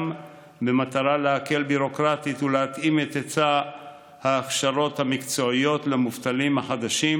במטרה להקל ביורוקרטית ולהתאים את היצע ההכשרות המקצועיות למובטלים החדשים,